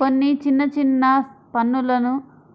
కొన్ని చిన్న చిన్న పన్నులను